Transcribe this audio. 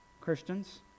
Christians